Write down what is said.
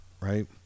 Right